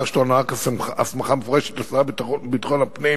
כך שתוענק הסמכה מפורשת לשר לביטחון הפנים